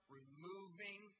removing